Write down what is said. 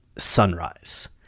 sunrise